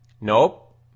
Nope